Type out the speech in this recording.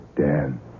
Dan